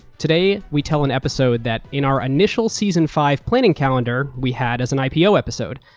today we tell an episode that in our initial season five planning calendar we had as an ipo episode.